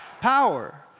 power